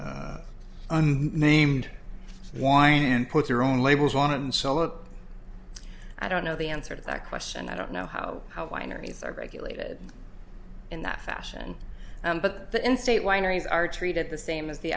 and named wine and put their own labels on it and sell it i don't know the answer to that question and i don't know how how wineries are regulated in that fashion but the in state wineries are treated the same as the